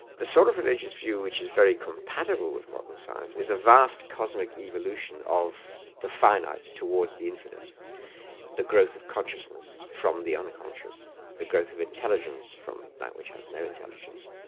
the sort of religious view which is very compatible with modern science is a vast cosmic evolution of the finite towards the infinite the growth of consciousness from the unconscious the growth of intelligence from that which has no intelligence.